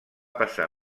passar